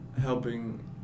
helping